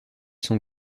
sont